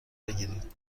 بگیرید